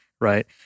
right